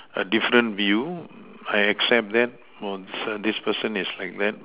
a different view I accept that oh this err this person is like that